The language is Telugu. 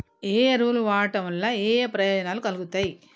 ఏ ఎరువులు వాడటం వల్ల ఏయే ప్రయోజనాలు కలుగుతయి?